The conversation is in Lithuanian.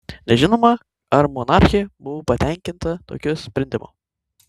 nežinoma ar monarchė buvo patenkinta tokiu sprendimu